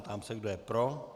Ptám se, kdo je pro.